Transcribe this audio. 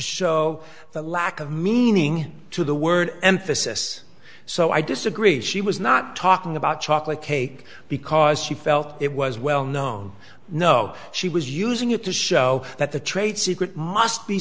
show the lack of meaning to the word emphasis so i disagreed she was not talking about chocolate cake because she felt it was well known no she was using it to show that the trade secret must be